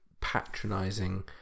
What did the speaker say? patronizing